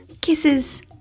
Kisses